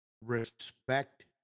Respect